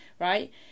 right